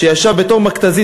שישב בתוך מכת"זית,